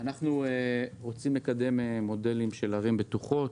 אנחנו רוצים לקדם מודלים של ערים בטוחות,